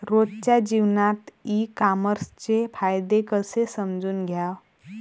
रोजच्या जीवनात ई कामर्सचे फायदे कसे समजून घ्याव?